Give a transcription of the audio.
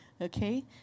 okay